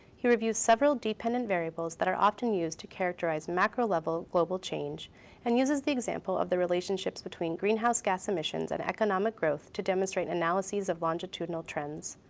he reviews several dependent variables that are often used to characterize macro level global change and uses the example of the relationships relationships between greenhouse gas emissions and economic growth to demonstrate analyses of longitudinal trends.